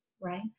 right